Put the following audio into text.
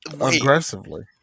Aggressively